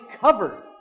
covered